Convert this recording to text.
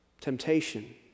Temptation